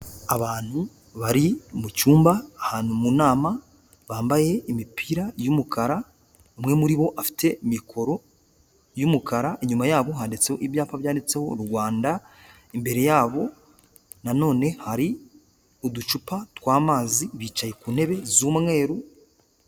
Abantu bari mu cyumba ahantu mu nama, bambaye imipira y'umukara, umwe muri bo afite mikoro y'umukara, inyuma yabo handitse ibyapa byanditseho u Rwanda, imbere yabo nanone hari uducupa tw'amazi, bicaye ku ntebe z'umweru.